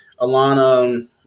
Alana